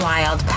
Wild